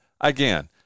again